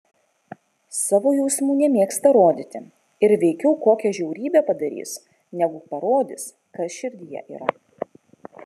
savo jausmų nemėgsta rodyti ir veikiau kokią žiaurybę padarys negu parodys kas širdyje yra